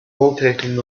rotating